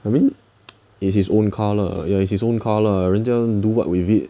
I mean is his own car lah ya is his own car lah 人家 do what with it